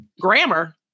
grammar